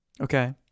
okay